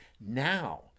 now